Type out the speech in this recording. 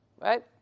right